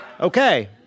Okay